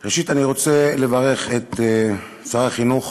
ראשית, אני רוצה לברך את שר החינוך